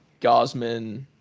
Gosman